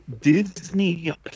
Disney